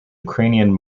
ukrainian